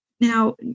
Now